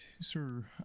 sir